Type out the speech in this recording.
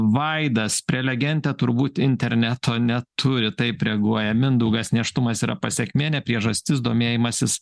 vaidas prelegentė turbūt interneto neturi taip reaguoja mindaugas nėštumas yra pasekmė ne priežastis domėjimasis